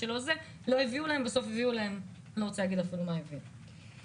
לא הביאו להם ובסוף אני לא רוצה להגיד לכם מה הביאו להם.